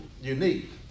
unique